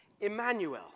Emmanuel